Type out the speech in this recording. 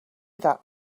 that